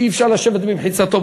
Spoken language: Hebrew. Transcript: שאי-אפשר לשבת במחיצתו,